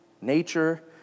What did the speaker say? nature